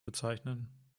bezeichnen